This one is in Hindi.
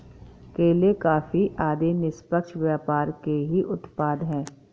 केले, कॉफी आदि निष्पक्ष व्यापार के ही उत्पाद हैं